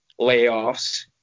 layoffs